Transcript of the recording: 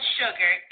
sugar